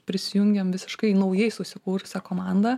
prisijungėm visiškai naujai susikūrusią komandą